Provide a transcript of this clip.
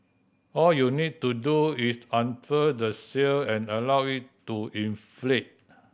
all you need to do is unfurl the sail and allow it to inflate